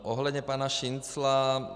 Ohledně pana Šincla.